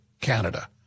Canada